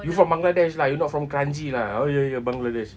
you not from bangladesh lah you not from kranji lah oh ya ya ya bangladesh